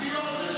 היא לא רוצה,